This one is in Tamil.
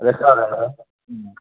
ரெஸ்ட்டாரண்ட்டு ம்